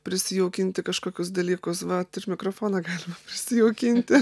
prisijaukinti kažkokius dalykus vat ir mikrofoną galima prisijaukinti